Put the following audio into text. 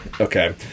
Okay